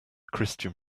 christian